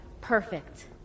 perfect